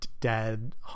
dead